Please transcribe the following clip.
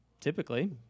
typically